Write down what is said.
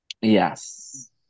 Yes